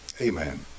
Amen